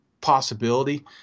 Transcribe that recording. possibility